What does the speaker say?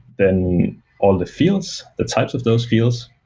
then all the fields, the types of those fields.